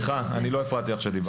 סליחה, אני לא הפרעתי לך כשדיברת.